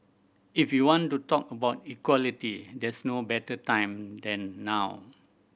if you want to talk about equality there's no better time than now